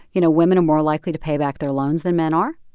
you know, women are more likely to pay back their loans than men are.